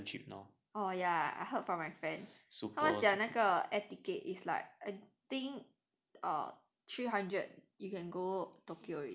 oh ya I heard from my friend 他们讲那个 air ticket is like I think err three hundred you can go tokyo already